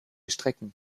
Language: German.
strecken